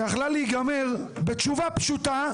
שיכלה להיגמר בתשובה פשוטה,